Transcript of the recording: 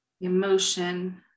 Emotion